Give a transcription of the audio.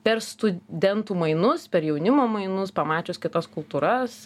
per studentų mainus per jaunimo mainus pamačius kitas kultūras